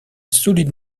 solide